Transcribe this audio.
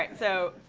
and so,